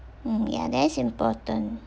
mm ya that is important